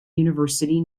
university